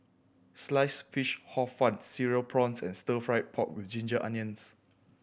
Sliced Fish Hor Fun Cereal Prawns and Stir Fried Pork With Ginger Onions